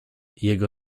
jego